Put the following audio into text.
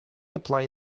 apply